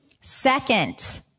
Second